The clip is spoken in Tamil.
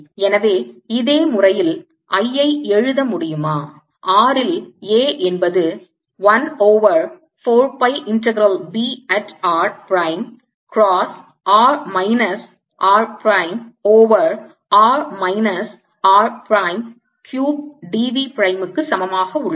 எனவே இதே முறையில் I ஐ எழுத முடியுமா r ல் A என்பது 1 over 4 pi integral B at r prime cross r minus r prime over r minus r prime cube d V பிரைம்க்கு சமமாக உள்ளது